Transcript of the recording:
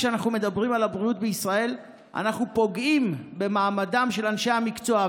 כשאנחנו מדברים על הבריאות בישראל אנחנו פוגעים במעמדם של אנשי המקצוע,